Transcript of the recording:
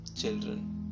children